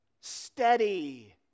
Steady